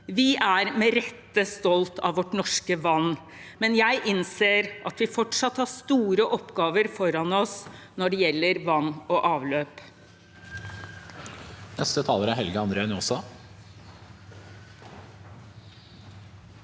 Vi er med rette stolte av vårt norske vann, men jeg innser at vi fortsatt har store oppgaver foran oss når det gjelder vann og avløp.